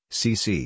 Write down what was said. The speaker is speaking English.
cc